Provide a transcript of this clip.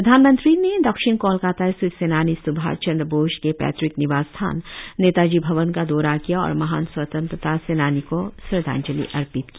प्रधानमंत्री ने दक्षिण कोलकाता स्थित सेनानी स्भाष चन्द्र बोस के पैत़क निवास स्थान नेताजी भवन का दौरा किया और महान स्वतंत्रता सेनानी को श्रद्वांजलि अर्पित की